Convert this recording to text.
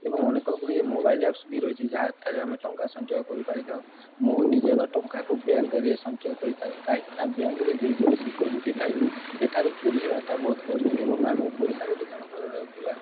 ଏବଂ ଅନେକ ଗୁଡ଼ିଏ ମୋବାଇଲ୍ ଆପ୍ସବି ରହିଛି ଯାହାଠାରେ ଆମେ ଟଙ୍କା ସଞ୍ଚୟ କରିପାରିଥାଉ ମୁଁ ନିଜର ଟଙ୍କାକୁ ବ୍ୟାଙ୍କ୍ ସଞ୍ଚୟ କରିଥାଏ କାହିଁକି ନା ବ୍ୟାଙ୍କ୍ରେ ଯେପରି ସିକ୍ୟୁରିଟି ଥାଏ ସେଠାରୁ ଚୋରି ହେବାଟା ବହୁତ କଷ୍ଟ ଏବଂ ଆମେ ପଇସାକୁ ଯଦି ଆମେ ଘରରେ ରଖିବା